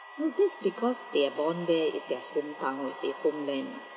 with this because they are born there it's their home town you see homeland